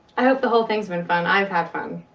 i hope the whole things been fun, i've had fun.